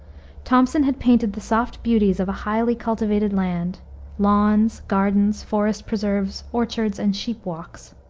thomson had painted the soft beauties of a highly cultivated land lawns, gardens, forest-preserves, orchards, and sheep-walks.